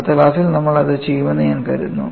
അടുത്ത ക്ലാസ്സിൽ നമ്മൾ അത് ചെയ്യുമെന്ന് ഞാൻ കരുതുന്നു